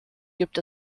gibt